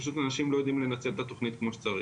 פשוט האנשים לא יודעים לנצל את התוכנית כמו שצריך.